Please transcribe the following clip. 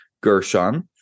Gershon